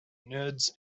nerds